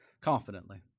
Confidently